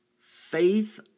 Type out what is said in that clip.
Faith